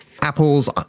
Apple's